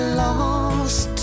lost